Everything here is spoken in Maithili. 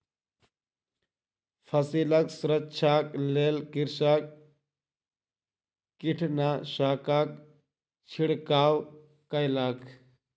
फसिलक सुरक्षाक लेल कृषक कीटनाशकक छिड़काव कयलक